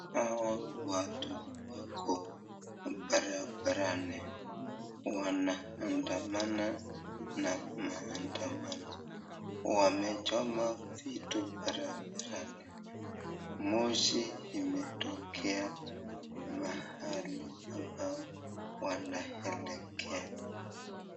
Hawa watu wako barabarani wanaandamana na maandamano. Wamechoma vitu barabarani moshi imetokea mahali ambao wanaelekea.